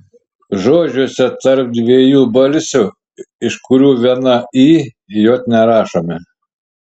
žodžiuose tarp dviejų balsių iš kurių viena i j nerašome